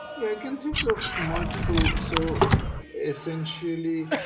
yeah, i can think of multiple. so essentially,